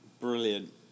Brilliant